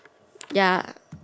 ya